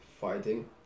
fighting